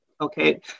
okay